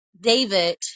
David